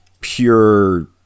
pure